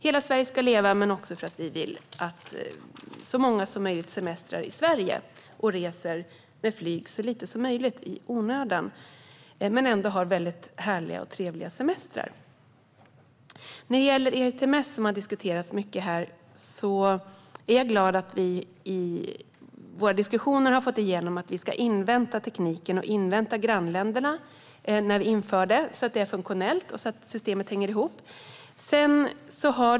Hela Sverige ska leva, men vi vill också att så många som möjligt semestrar i Sverige och reser med flyg så lite som möjligt i onödan men ändå har härliga och trevliga semestrar. När det gäller ERTMS, som har diskuterats mycket här, är jag glad att vi i våra diskussioner har fått igenom att vi ska invänta tekniken och grannländerna innan vi inför det så att det är funktionellt och systemet hänger ihop.